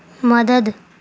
مدد